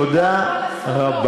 מתוך כל הסכום, תודה רבה.